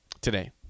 Today